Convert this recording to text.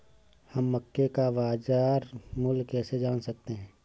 हम मक्के का बाजार मूल्य कैसे जान सकते हैं?